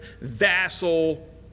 vassal